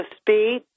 speed